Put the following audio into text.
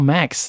Max